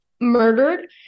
murdered